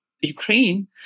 Ukraine